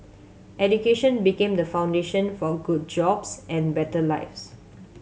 education became the foundation for good jobs and better lives